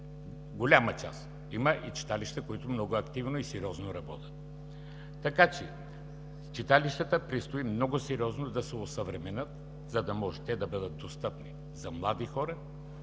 голяма част, има и читалища, които много активно и сериозно работят, така че предстои много сериозно да се осъвременят читалищата, за да могат те да бъдат достъпни за млади хора,